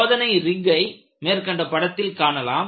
சோதனை ரிக்கை மேற்கண்ட படத்தில் காணலாம்